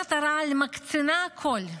מכונת הרעל מקצינה הכול,